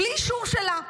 בלי אישור שלה.